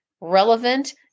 relevant